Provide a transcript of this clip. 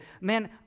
man